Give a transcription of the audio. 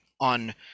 on